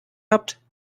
habt